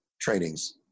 trainings